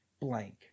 blank